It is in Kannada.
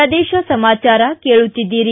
ಪ್ರದೇಶ ಸಮಾಚಾರ ಕೇಳುತ್ತಿದ್ದೀರಿ